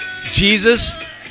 Jesus